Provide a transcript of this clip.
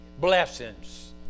blessings